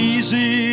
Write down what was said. Easy